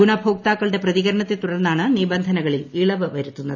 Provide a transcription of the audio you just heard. ഗുണഭോക്താക്കളുടെ പ്രതികരണത്തെ തുടർന്നാണ് നിബന്ധനകളിൽ ഇളവ് വരുത്തുന്നത്